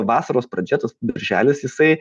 vasaros pradžia tas birželis jisai